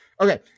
Okay